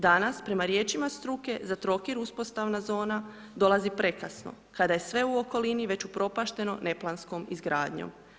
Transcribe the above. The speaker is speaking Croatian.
Danas, prema riječima struke za Trogir uspostavna zona dolazi prekasno kada je sve u okolini već upropašteno neplanskom izgradnjom.